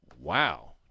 Wow